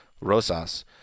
Rosas